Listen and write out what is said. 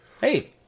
Hey